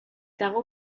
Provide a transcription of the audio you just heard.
dago